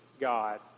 God